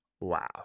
wow